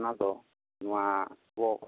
ᱚᱱᱟ ᱫᱚ ᱱᱚᱶᱟ ᱯᱚ